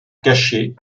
cacher